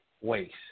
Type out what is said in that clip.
waste